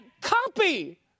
copy